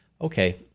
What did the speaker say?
Okay